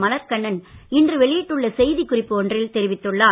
மலர்க் கண்ணன் இன்று வெளியிட்டுள்ள செய்திக் குறிப்பு ஒன்றில் தெரிவித்துள்ளார்